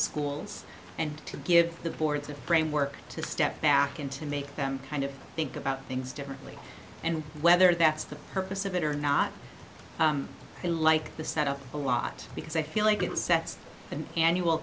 schools and to give the boards a framework to step back into make them kind of think about things differently and whether that's the purpose of it or not they like the set up a lot because they feel like it sets an annual